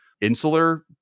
insular